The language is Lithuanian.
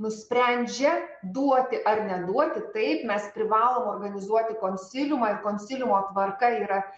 nusprendžia duoti ar neduoti taip mes privalom organizuoti konsiliumą ir konsiliumo tvarka yra